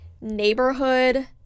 neighborhood